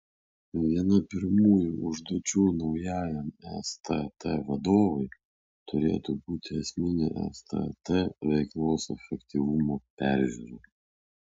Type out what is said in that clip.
viena pirmųjų užduočių naujajam stt vadovui turėtų būti esminė stt veiklos efektyvumo peržiūra